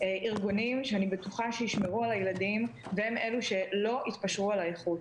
ארגונים שאני בטוחה שישמרו על הילדים והם אלו שלא יתפשרו על האיכות,